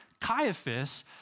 Caiaphas